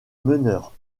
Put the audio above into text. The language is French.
meneur